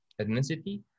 ethnicity